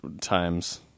times